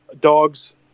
dogs